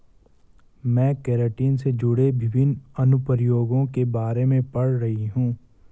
मैं केराटिन से जुड़े विभिन्न अनुप्रयोगों के बारे में पढ़ रही हूं